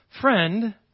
Friend